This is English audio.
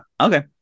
Okay